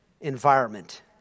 environment